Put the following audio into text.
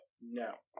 No